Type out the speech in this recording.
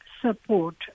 support